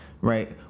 right